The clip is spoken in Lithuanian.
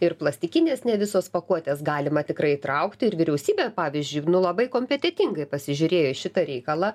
ir plastikinės ne visos pakuotės galima tikrai įtraukti ir vyriausybė pavyzdžiui nu labai kompetentingai pasižiūrėjo į šitą reikalą